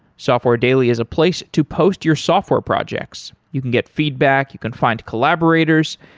software daily is a place to post your software projects you can get feedback, you can find collaborators,